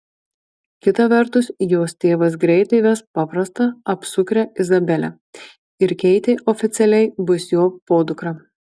kita vertus jos tėvas greitai ves paprastą apsukrią izabelę ir keitė oficialiai bus jo podukra